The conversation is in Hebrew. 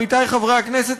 עמיתי חברי הכנסת,